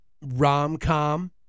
rom-com